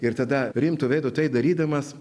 ir tada rimtu veidu tai darydamas